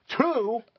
Two